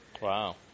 Wow